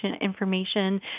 information